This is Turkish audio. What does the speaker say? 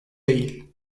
değil